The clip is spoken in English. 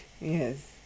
yes